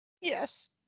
yes